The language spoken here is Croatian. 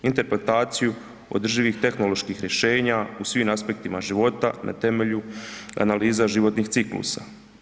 Interpretaciju održivih tehnoloških rješenja u svim aspektima života na temelju analiza životnih ciklusa.